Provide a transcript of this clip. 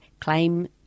claim